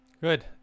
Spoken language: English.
good